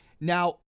Now